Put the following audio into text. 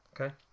Okay